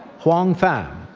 huong pham,